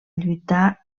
lluitar